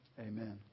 Amen